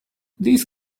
these